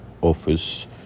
office